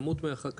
כמות מי החקלאות,